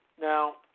Now